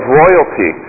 royalty